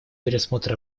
пересмотр